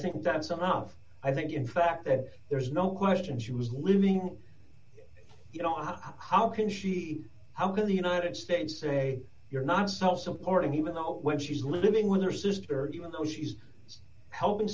think that some of i think in fact then there is no question she was living you know how how can she how can the united states say you're not self supporting even though when she's living with her sister even though she's helping